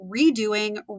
redoing